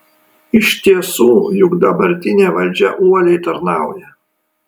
iš tiesų juk dabartinė valdžia uoliai tarnauja